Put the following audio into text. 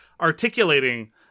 articulating